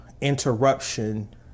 interruption